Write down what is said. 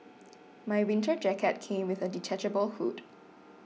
my winter jacket came with a detachable hood